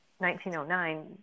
1909